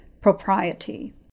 propriety